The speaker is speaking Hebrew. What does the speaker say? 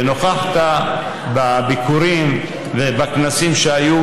ונוכחת בביקורים ובכנסים שהיו,